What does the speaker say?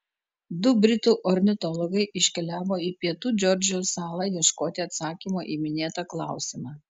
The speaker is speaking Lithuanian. du britų ornitologai iškeliavo į pietų džordžijos salą ieškoti atsakymo į minėtą klausimą